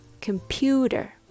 computer